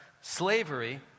slavery